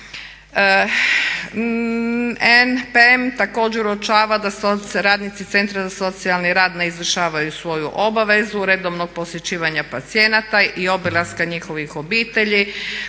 NPM također uočava da rad centra za socijalni rad ne izvršavaju svoju obavezu redovnog posjećivanja pacijenata i obilaska njihovih obitelji.